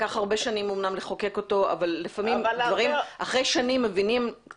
לקח הרבה שנים לחוקק אותו אבל לפעמים אחרי שנים מבינים את